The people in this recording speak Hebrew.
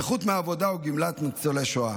נכות מעבודה או גמלת ניצולי שואה.